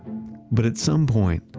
but at some point,